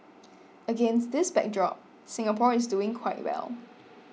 against this backdrop Singapore is doing quite well